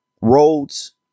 roads